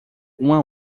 uma